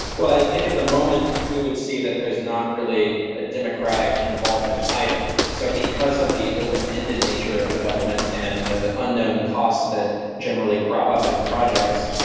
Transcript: well, i think at the moment we would see that there's not really a democratic involvement either. so because of the open-ended nature of development and the unknown costs that generally crop up in projects,